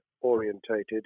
orientated